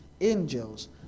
angels